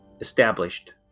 established